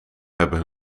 hebben